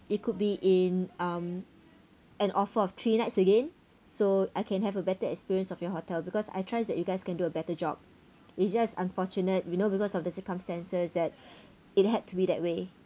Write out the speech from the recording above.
it could be in um an offer of three nights again so I can have a better experience of your hotel because I trust that you guys can do a better job it's just unfortunate you know because of the circumstances that it had to be that way